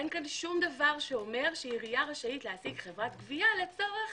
אין פה שום דבר שאומר שעירייה רשאית להעסיק חברת גבייה לצורך